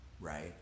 right